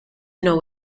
know